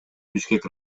бишкек